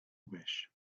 wish